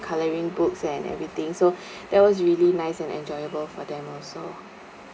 colouring books and everything so that was really nice and enjoyable for them also